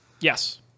Yes